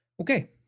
Okay